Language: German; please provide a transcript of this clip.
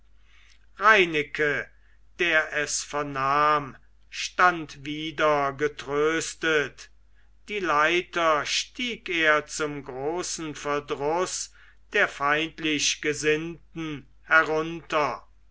reineke der es vernahm stand wieder getröstet die leiter stieg er zum großen verdruß der feindlichgesinnten herunter